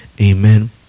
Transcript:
Amen